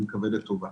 אני מקווה לטובה.